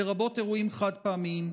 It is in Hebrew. לרבות אירועים חד-פעמיים.